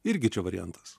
irgi čia variantas